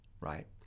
right